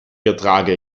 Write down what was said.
ertrage